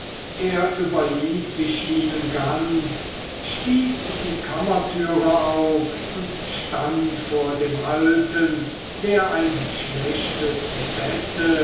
er überließ sich ihnen ganz stieß die kammertüre auf und stand vor dem alten der ein schlechtes bette